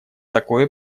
такое